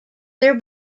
their